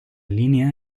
línea